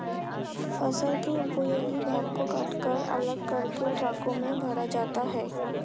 फसल के उपयोगी भाग को कटकर अलग करके ट्रकों में भरा जाता है